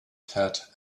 fat